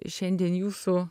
šiandien jūsų